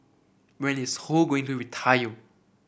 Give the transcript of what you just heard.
when is Ho going to retire